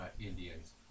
Indians